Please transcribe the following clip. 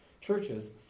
churches